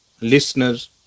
listeners